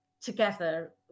together